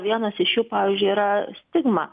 vienas iš jų pavyzdžiui yra stigma